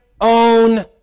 own